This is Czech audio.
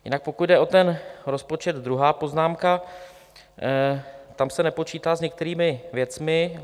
Jinak pokud jde o rozpočet, druhá poznámka, tam se nepočítá s některými věcmi.